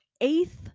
eighth